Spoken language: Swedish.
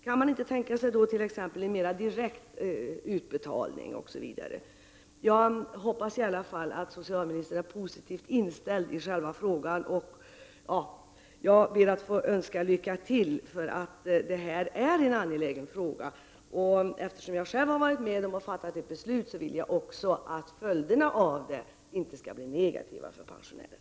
Kan man inte t.ex. tänka sig ett mera direkt utbetalningssystem? Jag hoppas i alla fall att socialministern är positivt inställd till själva frågan. Jag ber att få önska lycka till eftersom detta är en angelägen sak. Då jag själv har varit med om att fatta ett beslut, vill jag att följderna av det inte skall bli negativa för pensionärerna.